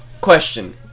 question